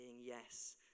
yes